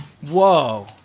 Whoa